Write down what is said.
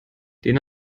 den